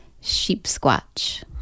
Sheep-squatch